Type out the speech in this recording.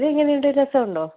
ഇതെങ്ങനെയുണ്ട് രസമുണ്ടോ